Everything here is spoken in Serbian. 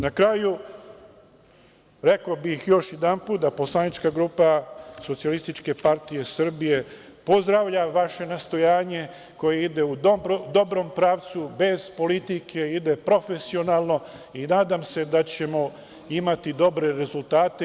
Na kraju, rekao bih još jednom da poslanička grupa Socijalističke partije Srbije pozdravlja vaše nastojanje, koje ide u dobrom pravcu, bez politike, ide profesionalno i nadam se da ćemo imati dobre rezultate.